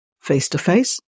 face-to-face